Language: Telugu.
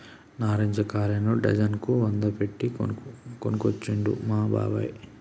నారింజ కాయలను డజన్ కు వంద పెట్టి కొనుకొచ్చిండు మా బాబాయ్